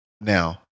now